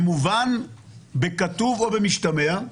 במובן, בכתוב או במשתמע,